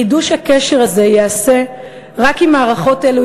חידוש הקשר הזה ייעשה רק אם מערכות אלו